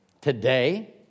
today